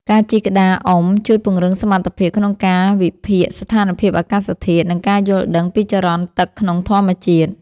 ការជិះក្តារអុំជួយពង្រឹងសមត្ថភាពក្នុងការវិភាគស្ថានភាពអាកាសធាតុ និងការយល់ដឹងពីចរន្តទឹកក្នុងធម្មជាតិ។